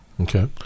Okay